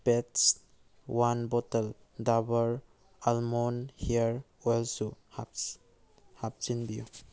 pads one bottle Dabur almond hair ꯑꯣꯏꯜꯁꯨ ꯍꯥꯞꯆꯤꯟꯕꯤꯌꯨ